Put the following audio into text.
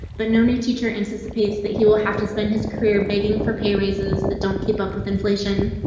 but no need. teacher anticipates that he will have to spend his career begging for pay raises that don't keep up with inflation.